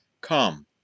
Come